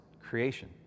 creation